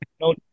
no